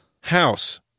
House